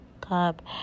cup